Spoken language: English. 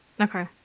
Okay